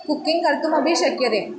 cooking कर्तुमपि शक्यते